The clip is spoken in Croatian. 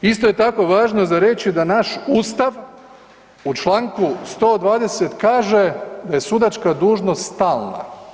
Isto je tako važno za reći da naš Ustav u čl. 120 kaže da je sudačka dužnost stalna.